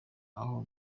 aho